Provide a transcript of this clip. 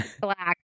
black